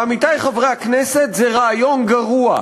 עמיתי חברי הכנסת, זה רעיון גרוע.